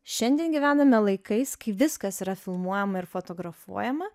šiandien gyvename laikais kai viskas yra filmuojama ir fotografuojama